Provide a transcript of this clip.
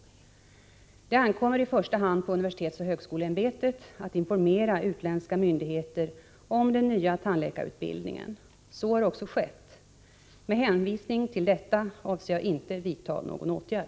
Det ankommer i första hand på universitetsoch högskoleämbetet, UHÄ, att informera utländska myndigheter om den nya svenska tandläkarutbildningen. Så har också skett. Med hänvisning till detta avser jag inte att vidta någon åtgärd.